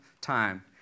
time